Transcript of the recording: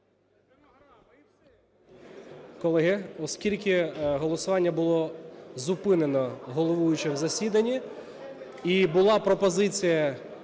Колеги, оскільки голосування було зупинено головуючим на засіданні і була пропозиція